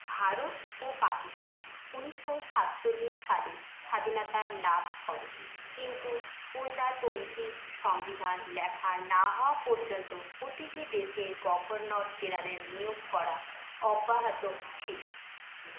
ভারত ও পাকিস্তান উনিশো সাতচল্লিশ সালে স্বাধীনতা লাভ করে কিন্তু প্রজাতন্ত্রী সংবিধান লেখা না হওয়া পর্যন্ত প্রতিটি দেশে গভর্নর জেনারেল নিয়োগ করা অব্যাহত ছিল